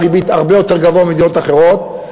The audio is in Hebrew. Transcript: ריבית הרבה יותר גבוה ממדינות אחרות,